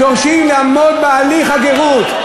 דורשים לעמוד בהליך הגרות,